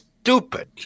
stupid